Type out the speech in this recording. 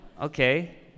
okay